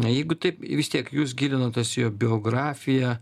jeigu taip vis tiek jūs gilinotės į jo biografiją